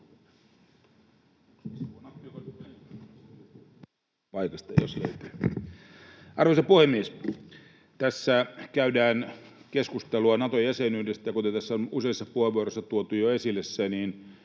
Arvoisa puhemies! Tässä käydään keskustelua Nato-jäsenyydestä. Kuten tässä on useissa puheenvuoroissa tuotu jo esille,